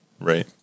Right